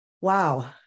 Wow